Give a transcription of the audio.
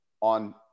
on